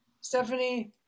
Stephanie